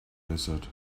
desert